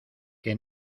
que